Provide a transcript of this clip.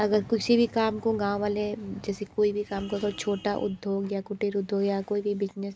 अगर किसी भी काम को गाँव वाले जैसे कोई भी काम करो छोटा उद्योग या कुटीर उद्योग या कोई भी बिजनेस